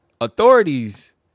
authorities